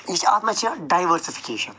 یہِ چھِ اَتھ منٛز چھِ ڈایوَرسِفِکیشَن